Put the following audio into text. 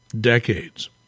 decades